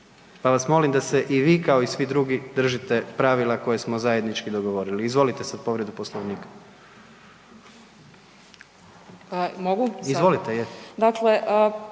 pa vas molim da se i vi kao i svi drugi držite pravila koje smo zajednički dogovorili. Izvolite sad povredu Poslovnika. **Peović,